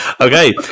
Okay